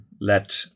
let